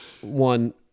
One